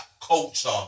culture